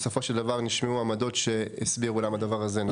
בסופו של דבר נשמעו עמדות שהסבירו למה הדבר הזה נכון.